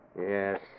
Yes